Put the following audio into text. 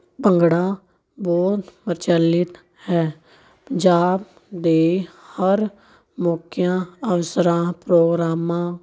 ਭੰਗੜਾ ਬਹੁਤ ਪ੍ਰਚਲਿਤ ਹੈ ਪੰਜਾਬ ਦੇ ਹਰ ਮੌਕਿਆਂ ਅਵਸਰਾਂ ਪ੍ਰੋਗਰਾਮਾਂ